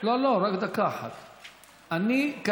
אני נמצאת.